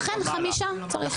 לכן חמישה צריך,